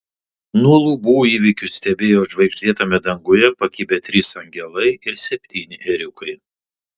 nuo lubų įvykius stebėjo žvaigždėtame danguje pakibę trys angelai ir septyni ėriukai